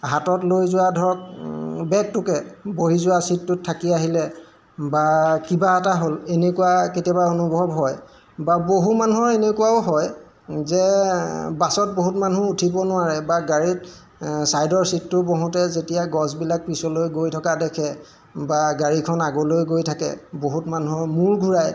হাতত লৈ যোৱা ধৰক বেগটোকে বহি যোৱা ছিটটোত থাকি আহিলে বা কিবা এটা হ'ল এনেকুৱা কেতিয়াবা অনুভৱ হয় বা বহু মানুহৰ এনেকুৱাও হয় যে বাছত বহুত মানুহ উঠিব নোৱাৰে বা গাড়ীত ছাইদৰ ছিটটোত বহোঁতে যেতিয়া গছবিলাক পিছলৈ গৈ থকা দেখে বা গাড়ীখন আগলৈ গৈ থাকে বহুত মানুহৰ মূৰ ঘূৰাই